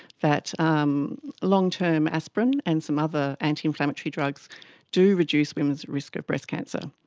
that um long-term aspirin and some other anti-inflammatory drugs do reduce women's risk of breast cancer.